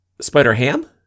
Spider-Ham